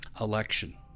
election